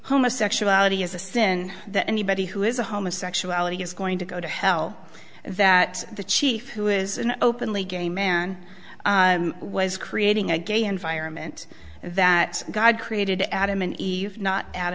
homosexuality is a sin that anybody who is a homosexuality is going to go to hell that the chief who is an openly gay man was creating a gay environment that god created adam and eve not a